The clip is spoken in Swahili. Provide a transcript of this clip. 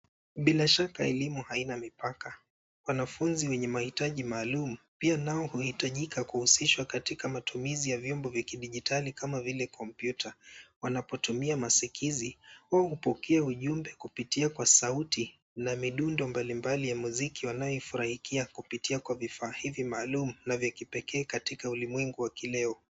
Bila shaka elimu haina mipaka. Wanafunzi wenye mahitaji maalum pia nao huhitajika kuhusihwa katika matumizi ya vyombo vya kidijitali kama vile kompyuta. Wanapotumia masikizi, wao hupoke ujumbe kupitia kwa sauti na midundo mbalimbali ya muziki wanayoifurahia kupitia kwa vifaa hivi maalum na vya kipekee katika ulimwengu wa kileo.